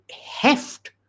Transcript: heft